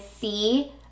see